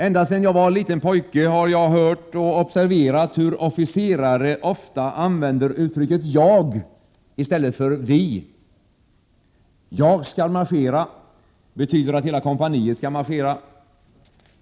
Ända sedan jag var liten pojke har jag observerat hur officerare ofta använder uttrycket ”jag” i stället för ”vi”. ”Jag skall marschera” betyder att hela kompaniet skall marschera.